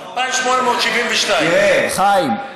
2,872. חיים,